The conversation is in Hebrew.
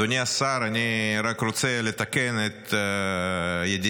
אדוני השר, אני רק רוצה לתקן את ידידי,